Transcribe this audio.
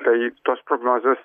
tai tos prognozės